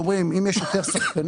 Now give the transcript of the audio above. אומרים שאם יש יותר שחקנים,